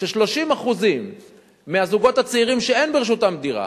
ש-30% מהזוגות הצעירים שאין ברשותם דירה